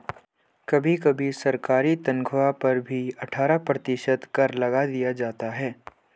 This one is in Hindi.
कभी कभी सरकारी तन्ख्वाह पर भी अट्ठारह प्रतिशत कर लगा दिया जाता है